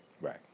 right